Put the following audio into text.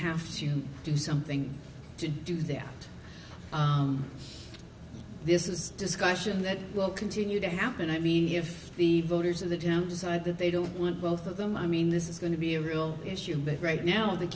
have to do something to do there this is discussion that will continue to happen i mean if the voters of the town decide that they don't want both of them i mean this is going to be a real issue but right now the